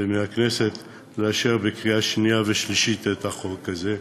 ומהכנסת לאשר בקריאה שנייה ושלישית את הצעת החוק הזאת,